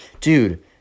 dude